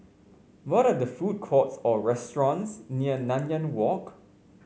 what the food courts or restaurants near Nanyang Walk